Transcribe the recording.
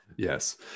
Yes